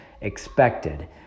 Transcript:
expected